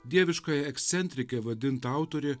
dieviškąja ekscentrike vadinta autorė